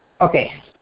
Okay